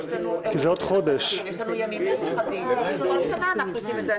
יש לנו ימים מיוחדים, ובכל שנה אנחנו עושים את זה.